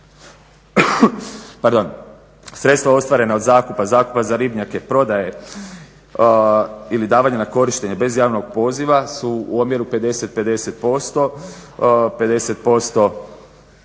Sredstva ostvarena od zakupa, zakupa za ribnjake, prodaje ili davanja na korištenje bez javnog poziva su omjeru 50:50%. 50%